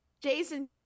Jason